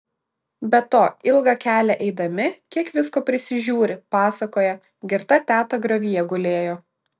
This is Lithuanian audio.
be to ilgą kelią eidami kiek visko prisižiūri pasakoja girta teta griovyje gulėjo